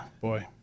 boy